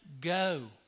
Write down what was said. Go